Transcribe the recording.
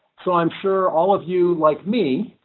so i'm sure all of you like me,